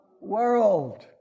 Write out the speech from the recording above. world